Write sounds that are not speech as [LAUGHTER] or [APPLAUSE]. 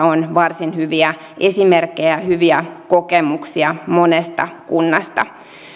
[UNINTELLIGIBLE] on varsin hyviä esimerkkejä hyviä kokemuksia monesta kunnasta